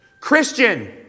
Christian